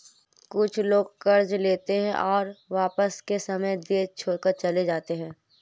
कुछ लोग कर्ज लेते हैं और वापसी के समय देश छोड़कर चले जाते हैं